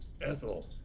Ethel